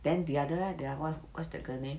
then the other leh the other one what's the girl name